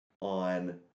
on